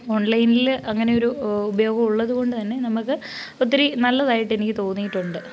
ഓൺലൈനിൽ അങ്ങനെയൊരു ഉപയോഗം ഉള്ളതുകൊണ്ടുതന്നെ നമുക്ക് ഒത്തിരി നല്ലതായിട്ട് എനിക്ക് തോന്നിയിട്ടുണ്ട്